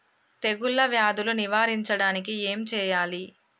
తెగుళ్ళ వ్యాధులు నివారించడానికి ఏం చేయాలి?